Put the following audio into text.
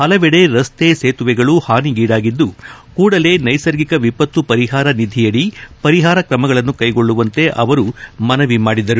ಹಲವೆಡೆ ರಸ್ತೆ ಸೇತುವೆಗಳು ಹಾನಿಗೀಡಾಗಿದ್ದು ಕೂಡಲೇ ನೈಸರ್ಗಿಕ ವಿಪತ್ತು ಪರಿಹಾರ ನಿಧಿಯಡಿ ಪರಿಹಾರ ಕ್ರಮಗಳನ್ನು ಕೈಗೊಳ್ಳುವಂತೆ ಅವರು ಮನವಿ ಮಾಡಿದರು